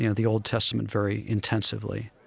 you know the old testament very intensively.